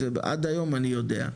עד היום אני יודע,